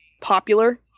popular